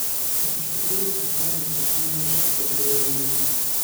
aš iš tikrųjų specialiai su chna išsitepliojau nosį